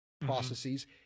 processes